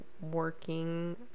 working